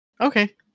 Okay